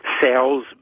sales